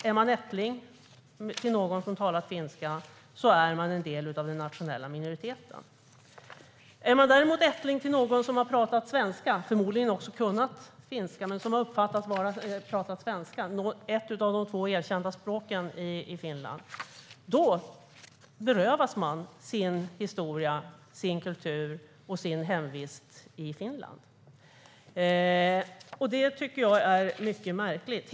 Är man ättling till någon som talar finska är man del av den nationella minoriteten. Är man däremot ättling till någon som har pratat svenska - någon som förmodligen också kunnat finska men som har uppfattats prata svenska, vilket är ett av de två erkända språken i Finland - berövas man sin historia, sin kultur och sin hemvist i Finland. Det tycker jag är mycket märkligt.